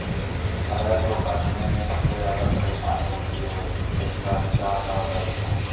अरहर को काटने में सबसे ज्यादा परेशानी होती है इसका अच्छा सा औजार बताएं?